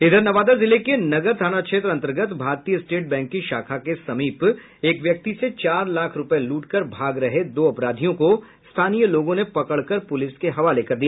इधर नवादा जिले के नगर थाना क्षेत्र अंतर्गत भारतीय स्टेट बैंक की शाखा के समीप एक व्यक्ति से चार लाख रूपये लूटकर भाग रहे दो अपराधियों को स्थानीय लोगों ने पकड़कर पुलिस के हवाले कर दिया